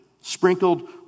Sprinkled